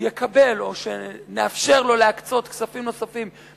יקבל או שנאפשר לו להקצות כספים נוספים,